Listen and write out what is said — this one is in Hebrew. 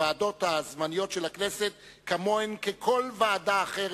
והוועדות הזמניות של הכנסת כמוהן ככל ועדה אחרת,